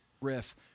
riff